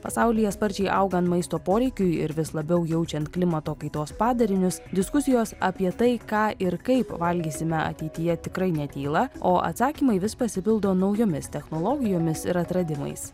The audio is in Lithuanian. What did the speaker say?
pasaulyje sparčiai augant maisto poreikiui ir vis labiau jaučiant klimato kaitos padarinius diskusijos apie tai ką ir kaip valgysime ateityje tikrai netyla o atsakymai vis pasipildo naujomis technologijomis ir atradimais